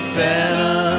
better